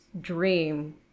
dream